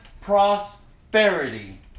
prosperity